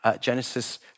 Genesis